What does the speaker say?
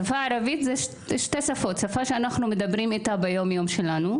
השפה הערבית היא שתי שפות: שפה שאנחנו מדברים בה ביום-יום שלנו,